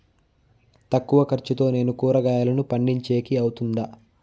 తక్కువ ఖర్చుతో నేను కూరగాయలను పండించేకి అవుతుందా?